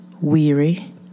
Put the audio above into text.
weary